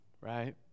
right